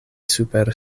super